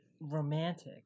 romantic